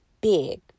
big